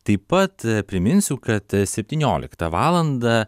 taip pat priminsiu kad septynioliktą valandą